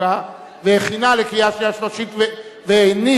החוקה והכינה לקריאה שנייה ושלישית והניח,